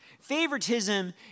Favoritism